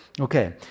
Okay